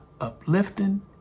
uplifting